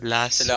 Last